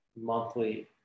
monthly